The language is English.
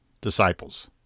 disciples